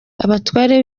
abatware